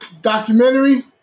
Documentary